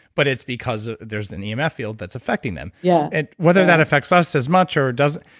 but it's because ah there's an emf field that's effecting them. yeah and whether that affects us as much or doesn't,